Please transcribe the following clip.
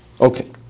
Okay